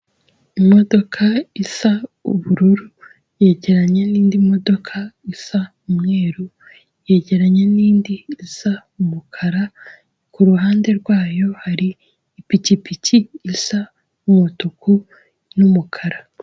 Imodoka isa ubururu yegeranye n'indi modoka isa umweru, yegeranye n'indi isa umukara, ku ruhande rwayo hari ipikipiki isa umutuku n'umukara.